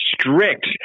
strict